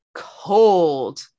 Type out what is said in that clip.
cold